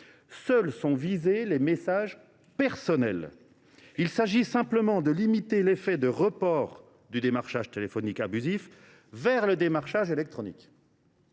Seuls sont visés les messages personnels. Nous souhaitons simplement limiter l’effet de report du démarchage téléphonique abusif vers le démarchage électronique.